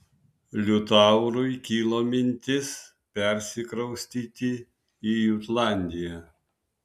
liutaurui kilo mintis persikraustyti į jutlandiją